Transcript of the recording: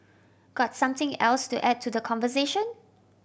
got something else to add to the conversation